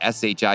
SHI